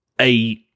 a-